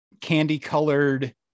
candy-colored